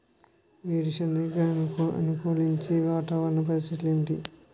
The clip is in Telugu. వేరుసెనగ కి అనుకూలించే వాతావరణ పరిస్థితులు ఏమిటి?